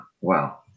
wow